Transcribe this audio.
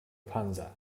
panza